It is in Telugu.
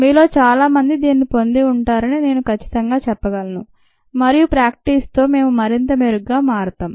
మీలో చాలామంది దీనిని పొంది ఉంటారని నేను ఖచ్చితంగా చెప్పగలను మరియు ప్రాక్టీస్ తో మేం మరింత మెరుగ్గా మారతాం